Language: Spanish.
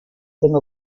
tengo